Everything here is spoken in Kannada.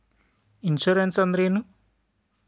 ಇನ್ಶೂರೆನ್ಸ್ ಅಂದ್ರ ಏನು?